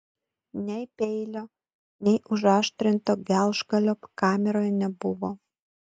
nei peilio nei užaštrinto gelžgalio kameroje nebuvo